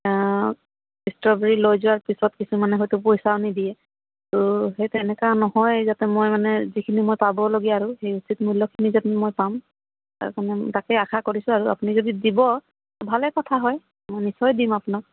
strawberry লৈ যোৱাৰ পিছত কিছুমানে হয়তো পইছাও নিদিয়ে আৰু সেই তেনেকুৱা নহয় যাতে মই মানে যিখিনি মই পাবলগীয়া আৰু সেই উচিত মূল্যখিনি যাতে মই পাম তাৰ কাৰণে তাকে আশা কৰিছোঁ আৰু আপুনি যদি দিব ভালে কথা হয় মই নিশ্চয় দিম আপোনাক